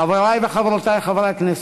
חברי וחברותי חברי הכנסת,